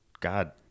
God